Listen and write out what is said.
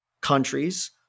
countries